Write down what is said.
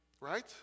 right